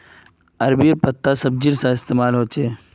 अरबी पत्तार सब्जी सा इस्तेमाल होछे